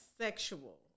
sexual